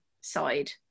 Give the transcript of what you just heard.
side